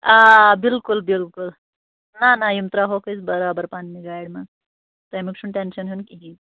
آ بِلکُل بِلکُل نہَ نہَ یِم ترٛاوہوکھ أسۍ برابر پَنٕنہِ گاڑِ منٛز تَمیُک چھُنہٕ ٹٮ۪نشَن ہیوٚن کِہیٖنۍ